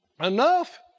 enough